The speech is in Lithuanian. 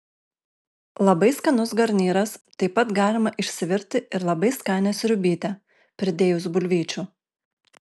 labai skanus garnyras taip pat galima išsivirti ir labai skanią sriubytę pridėjus bulvyčių